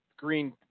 green